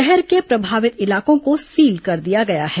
शहर के प्रभावित इलाकों को सील कर दिया गया है